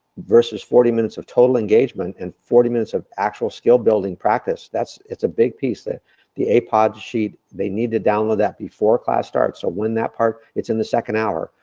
versus forty minutes of total engagement, and forty minutes of actual skill-building practice. it's a big piece that the apod sheet, they need to download that before class starts. so when that part, it's in the second hour.